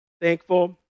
thankful